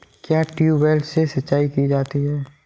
क्या ट्यूबवेल से सिंचाई की जाती है?